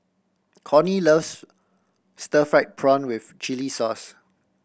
Cornie loves stir fried prawn with chili sauce